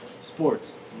sports